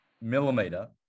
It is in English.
millimeter